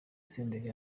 senderi